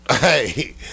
Hey